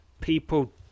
people